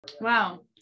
Wow